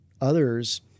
others